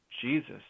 Jesus